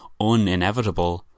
uninevitable